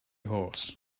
horse